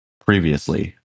previously